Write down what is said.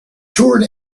toured